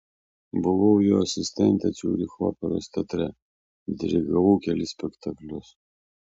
buvau jo asistentė ciuricho operos teatre dirigavau kelis spektaklius